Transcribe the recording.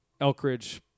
Elkridge